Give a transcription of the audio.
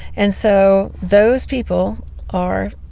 and so those people are,